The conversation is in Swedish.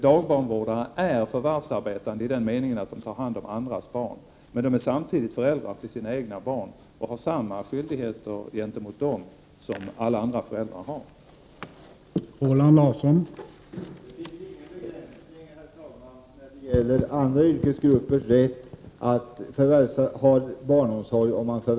Dagbarnvårdare är förvärvsarbetande i den meningen att de tar hand om andras barn, men de är samtidigt föräldrar till sina egna barn och har samma skyldigheter gentemot dem som alla andra föräldrar har mot sina barn.